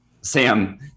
Sam